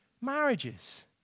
marriages